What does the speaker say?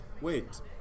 Wait